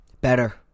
Better